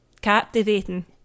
captivating